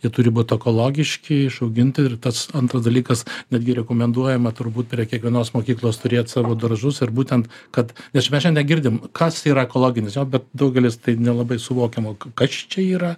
jie turi būt ekologiški išauginti ir tas antras dalykas netgi rekomenduojama turbūt prie kiekvienos mokyklos turėt savo daržus ir būtent kad nes mes šiandien girdim kas yra ekologinis jo bet daugelis tai nelabai suvokiamo kas čia yra